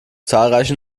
zahlreiche